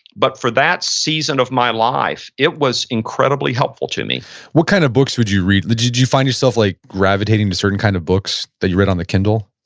but for that season of my life, it was incredibly helpful to me what kind of books would you read? did you find yourself like gravitating to certain kinds of books that you read on the kindle?